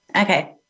Okay